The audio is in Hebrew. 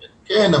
כן,